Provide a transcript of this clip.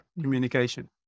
communication